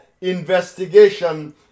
investigation